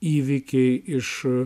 įvykiai iš